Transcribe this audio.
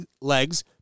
legs